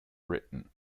britain